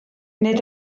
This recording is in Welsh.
nid